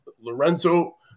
Lorenzo